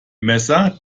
messer